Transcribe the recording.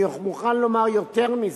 ואני מוכן לומר יותר מזה: